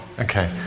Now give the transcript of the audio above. okay